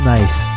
Nice